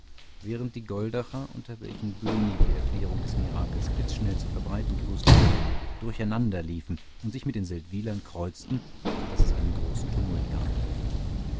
während die goldacher unter welchen böhni die erklärung des mirakels blitzschnell zu verbreiten gewußt hatte durcheinanderliefen und sich mit den seldwylern kreuzten so daß es einen großen tumult gab